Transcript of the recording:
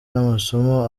n’amasomo